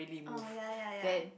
oh ya ya ya